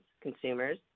consumers